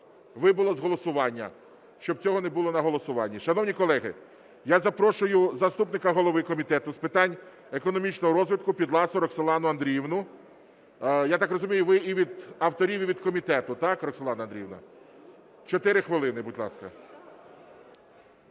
вибило з голосування, щоб цього не було на голосуванні. Шановні колеги, я запрошую заступника голови Комітету з питань економічного розвитку Підласу Роксолану Андріївну. Я так розумію, ви і від авторів, і від комітету, так, Роксолано Андріївно? Чотири хвилини, будь ласка.